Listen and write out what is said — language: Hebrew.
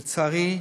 לצערי,